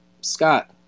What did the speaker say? Scott